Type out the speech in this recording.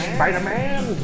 Spider-Man